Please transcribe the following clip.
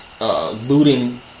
Looting